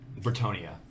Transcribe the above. Britonia